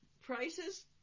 Prices